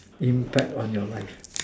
impact on your life